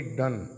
done